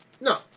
No